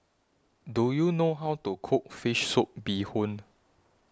Do YOU know How to Cook Fish Soup Bee Hoon